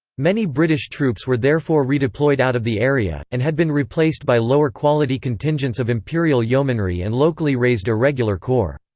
many british troops were therefore redeployed out of the area, and had been replaced by lower-quality contingents of imperial yeomanry and locally raised irregular corps.